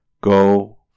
go